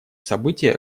события